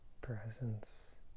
presence